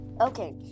Okay